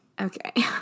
Okay